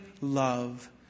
love